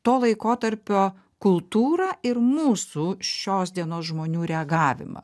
to laikotarpio kultūrą ir mūsų šios dienos žmonių reagavimą